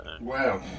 Wow